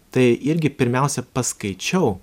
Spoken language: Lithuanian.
tai irgi pirmiausia paskaičiau